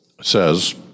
says